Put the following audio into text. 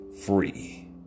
free